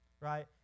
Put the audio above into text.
right